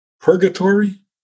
purgatory